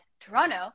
Toronto